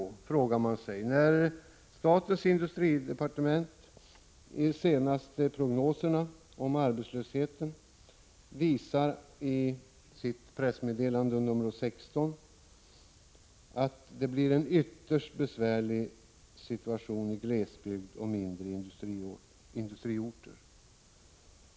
Det frågar jag mig efter att ha läst de senaste prognoserna för arbetslösheten i statens industriverks pressmeddelande nr 16. Där visas att det kommer att bli en ytterst besvärlig situation i glesbygd och på mindre industriorter.